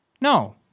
No